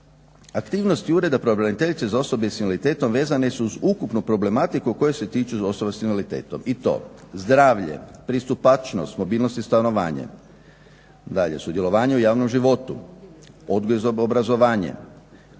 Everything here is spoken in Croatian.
Aktivnosti ureda pravobraniteljice za osobe sa invaliditetom vezane su uz ukupnu problematiku koje se tiču osoba s invaliditetom i to: zdravlje, pristupačnost, mobilnost i stanovanje, dalje sudjelovanje u javnom životu, odgoj za obrazovanje,